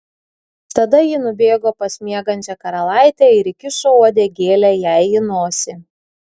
tada ji nubėgo pas miegančią karalaitę ir įkišo uodegėlę jai į nosį